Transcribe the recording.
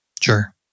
Sure